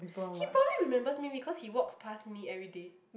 he probably remember me because he walk past me every day